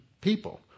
people